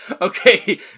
Okay